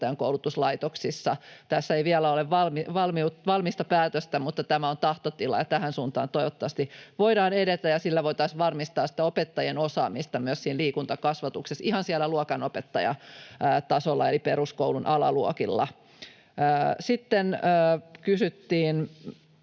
opettajankoulutuslaitoksissa. Tässä ei vielä ole valmista päätöstä, mutta tämä on tahtotila, ja tähän suuntaan toivottavasti voidaan edetä. Sillä voitaisiin varmistaa sitä opettajien osaamista myös liikuntakasvatuksessa ihan siellä luokanopettajatasolla eli peruskoulun alaluokilla. Sitten kysyttiin